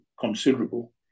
considerable